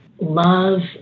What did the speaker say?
love